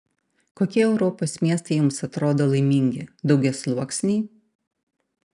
kokie europos miestai jums atrodo laimingi daugiasluoksniai